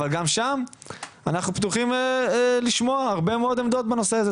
אבל גם שם אנחנו פתוחים לשמוע הרבה מאוד עמדות בנושא הזה.